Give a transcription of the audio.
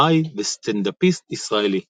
במאי וסטנדאפיסט ישראלי.